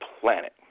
planet